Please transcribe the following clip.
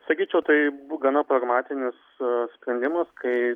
sakyčiau tai bu gana pragmatinis sprendimas kai